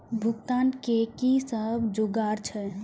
भुगतान के कि सब जुगार छे?